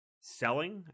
selling